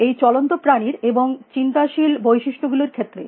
এই চলন্ত প্রাণীর এবং চিন্তাশীল বৈশিষ্ট্যগুলির ক্ষেত্রে